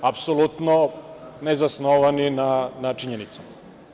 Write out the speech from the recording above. Apsolutno ne zasnovani na činjenicama.